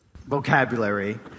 vocabulary